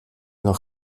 noch